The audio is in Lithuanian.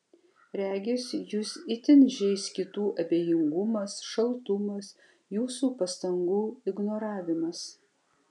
regis jus itin žeis kitų abejingumas šaltumas jūsų pastangų ignoravimas